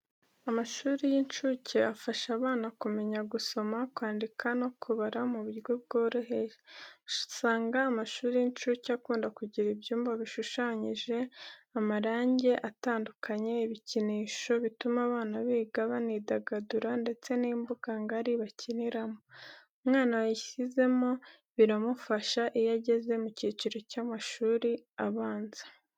Amashuri y'incuke afasha abana kumenya gusoma, kwandika no kubara mu buryo bworoheje. Usanga amashuri y'incuke akunda kugira ibyumba bishushanyijeho amarangi y’amabara atandukanye, ibikinisho bituma abana biga banidagadura ndetse n'imbuga ngari bakiniramo. Umwana wayizemo biramufasha iyo ageze mu cyiciro cy'amashuri abanza.